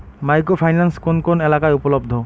Micro finance কোন কোন এলাকায় উপলব্ধ?